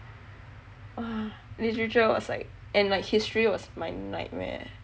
literature aside and like history was my nightmare